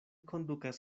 kondukas